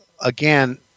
again